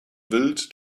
wild